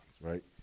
right